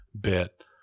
bit